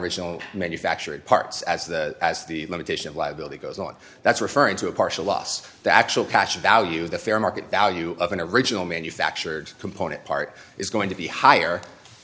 regional manufacturing parts as the as the limitation of liability goes on that's referring to a partial loss the actual cash value the fair market value of an original manufactured component part is going to be higher